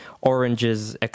oranges